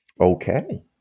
Okay